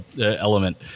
element